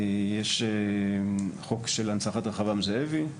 יש חוק של הנצחת רחבעם זאבי,